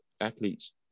athletes